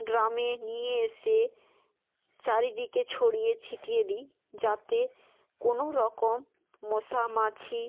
গ্রামে নিয়ে এসে চারিদিকে ছড়িয়ে ছিটিয়ে দিই যাতে কোনোরকম মশা মাছি